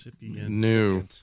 new